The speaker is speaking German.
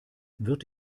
wird